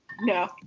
no